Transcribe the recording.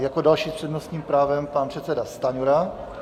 Jako další s přednostním právem pan předseda Stanjura.